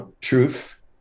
truth